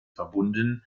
verbunden